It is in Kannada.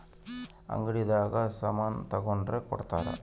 ಅಂಗಡಿ ದಾಗ ಸಾಮನ್ ತಗೊಂಡ್ರ ಕೊಡ್ತಾರ